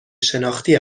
شناختی